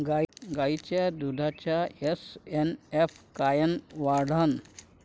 गायीच्या दुधाचा एस.एन.एफ कायनं वाढन?